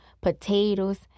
potatoes